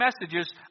messages